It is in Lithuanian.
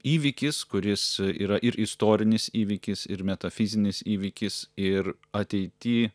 įvykis kuris yra ir istorinis įvykis ir metafizinis įvykis ir ateity